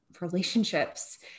relationships